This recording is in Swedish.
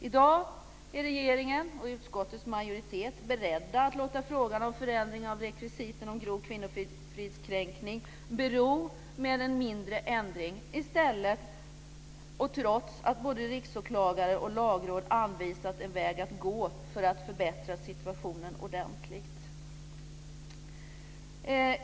I dag är regeringen och utskottets majoritet beredda att låta frågan om förändring av rekvisiten när det gäller grov kvinnofridskränkning bero med en mindre ändring trots att både riksåklagare och lagråd anvisat en väg att gå för att förbättra situationen ordentligt.